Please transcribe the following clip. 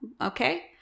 okay